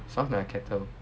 sounds like a kettle